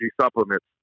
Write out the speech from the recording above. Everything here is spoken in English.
supplements